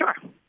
Sure